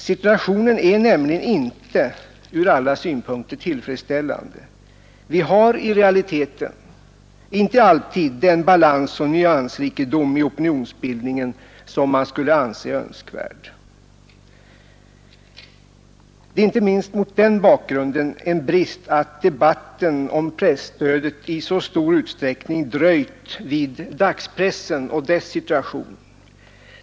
Situationen är nämligen inte ur alla synpunkter tillfredsställande; vi har i realiteten inte alltid den balans och nyansrikedom i opinionsbildningen som man skulle anse önskvärd. Det är inte minst mot den bakgrunden en brist att debatten om presstödet i så stor utsträckning dröjt vid dagspressen och dess situation.